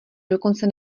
dokonce